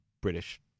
British